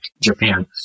Japan